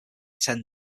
ten